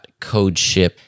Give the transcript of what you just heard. Codeship